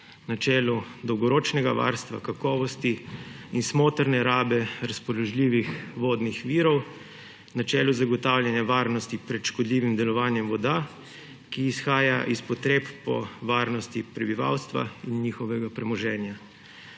načelu dolgoročnega varstva, kakovosti in smotrne rabe razpoložljivih vodnih virov na čelu zagotavljanja varnosti pred škodljivim delovanjem voda, ki izhaja iz potreb po varnosti prebivalstva in njihovega premoženja.